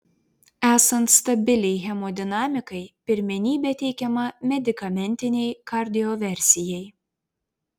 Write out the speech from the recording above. esant stabiliai hemodinamikai pirmenybė teikiama medikamentinei kardioversijai